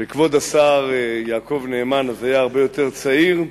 כשכבוד השר יעקב נאמן אז היה הרבה יותר צעיר,